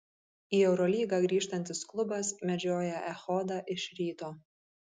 į eurolygą grįžtantis klubas medžioja echodą iš ryto